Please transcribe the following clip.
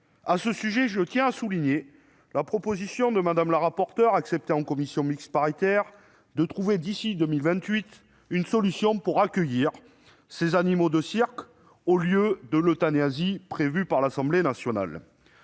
À ce sujet, je tiens à souligner la proposition de Mme la rapporteure, acceptée en commission mixte paritaire, de trouver d'ici à 2028 une solution pour accueillir ces animaux de cirque au lieu de les euthanasier comme le prévoyait l'Assemblée nationale.